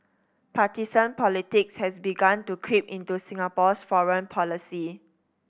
partisan politics has begun to creep into Singapore's foreign policy